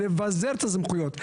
צריך לבזר את הסמכויות.